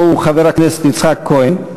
הלוא הוא חבר הכנסת יצחק כהן.